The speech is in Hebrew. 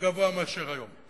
גדול מאשר היום.